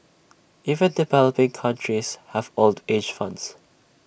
even developing countries have old age funds